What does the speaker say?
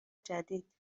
جدید